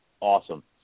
awesome